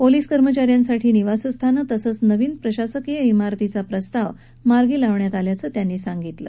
police कर्मचा यांसाठी निवासस्थान तसंच नवीन प्रशासकीय शिरतीचा प्रस्ताव मार्गी लावण्यात आल्याचं त्यांनी सांगितलं